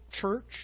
church